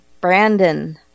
Brandon